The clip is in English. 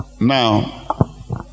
Now